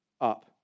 up